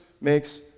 makes